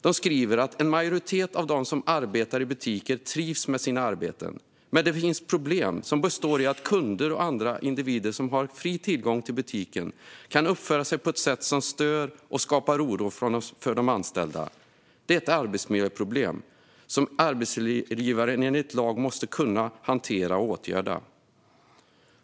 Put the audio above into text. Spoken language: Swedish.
Det skriver att "en majoritet av de som arbetar i butiker trivs med sina arbeten. Men det finns problem som består i att kunder eller andra individer som har fri tillgång till butiken kan uppföra sig på ett sätt som stör och skapar oro bland de anställda. Detta är ett arbetsmiljöproblem som arbetsgivaren enligt lag måste kunna hantera och åtgärda".